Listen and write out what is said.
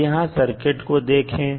अब यहां सर्किट को देखें